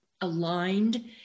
aligned